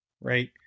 Right